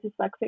dyslexic